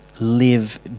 live